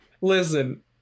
Listen